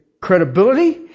Credibility